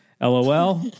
LOL